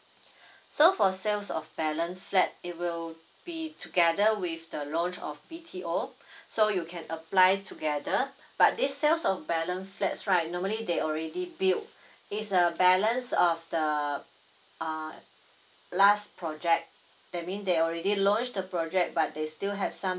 so for sales of balance flat it will be together with the launch of B_T_O so you can apply together but this sales of balance flats right normally they already built it's a balance of the err last project that mean they already launched the project but they still have some